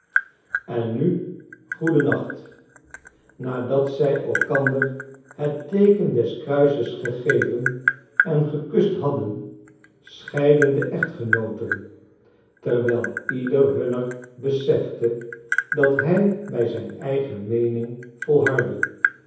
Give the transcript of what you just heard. en nu goeden nacht nadat zij elkander het teeken des kruises gegeven en gekust hadden scheidden de echtgenooten terwijl ieder hunner besefte dat hij bij zijn eigen meening